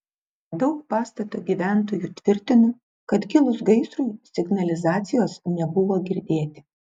daug pastato gyventojų tvirtino kad kilus gaisrui signalizacijos nebuvo girdėti